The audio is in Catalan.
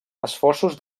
esforços